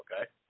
okay